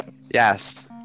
Yes